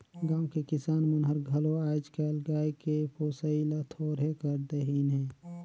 गाँव के किसान मन हर घलो आयज कायल गाय के पोसई ल थोरहें कर देहिनहे